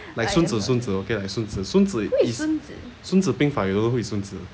like 孙子孙子 okay like 孙子孙子孙子兵法 you don't know who is 孙子